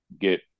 get